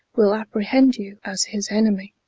will apprehend you, as his enemie